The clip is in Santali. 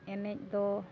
ᱮᱱᱮᱡ ᱫᱚ